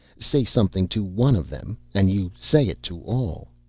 say something to one of them and you say it to all.